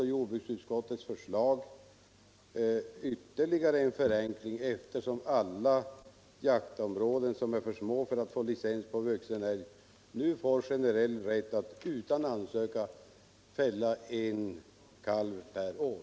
Jordbruksutskottets förslag innebär ytterligare en förenkling, eftersom alla jaktområden som är för små för att få licens för vuxen älg nu får generell rätt att utan ansökan fälla en kalv per år.